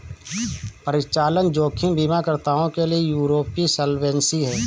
परिचालन जोखिम बीमाकर्ताओं के लिए यूरोपीय सॉल्वेंसी है